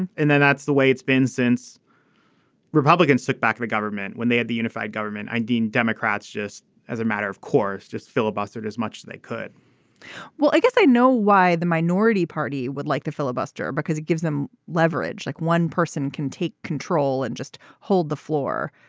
and and then that's the way it's been since republicans took back the government when they had the unified government. and dean democrats just as a matter of course just filibustered as much as they could well i guess i know why the minority party would like to filibuster because it gives them leverage like one person can take control and just hold the floor.